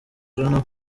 nabo